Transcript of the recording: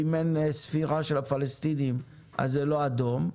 אם אין ספירה של הפלסטינים אז זה לא אדום,